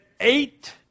eight